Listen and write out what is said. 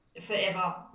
forever